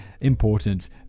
important